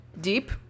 Deep